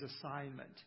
assignment